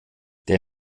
der